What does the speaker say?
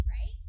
Right